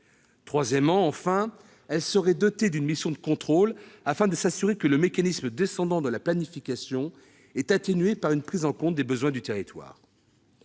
Troisièmement, elle serait dotée d'une mission de contrôle afin de s'assurer que le mécanisme descendant de la planification est atténué par une prise en compte des besoins du territoire.